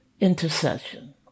intercession